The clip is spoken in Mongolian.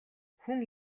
хүн